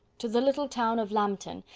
to the little town of lambton,